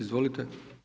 Izvolite.